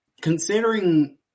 considering